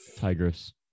Tigress